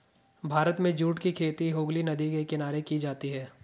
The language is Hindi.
भारत में जूट की खेती हुगली नदी के किनारे की जाती है